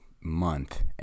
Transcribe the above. month